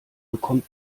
bekommt